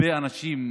הרבה אנשים,